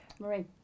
Marie